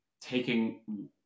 taking